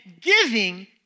giving